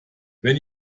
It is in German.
wenn